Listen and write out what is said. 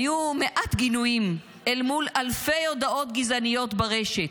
היו מעט גינויים אל מול אלפי הודעות גזעניות ברשת,